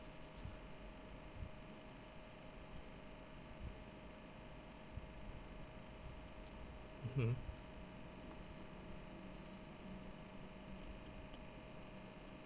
mmhmm